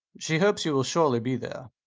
she hopes you will surely be there.